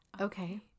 okay